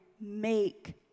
make